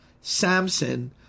Samson